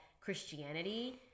Christianity